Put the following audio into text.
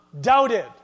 doubted